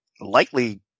likely